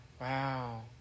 Wow